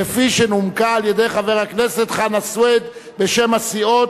כפי שנומקה על-ידי חבר הכנסת חנא סוייד בשם הסיעות.